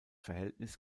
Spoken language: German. verhältnis